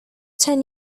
ten